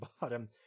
bottom